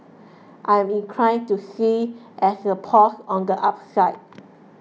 I'm inclined to see as a pause on the upside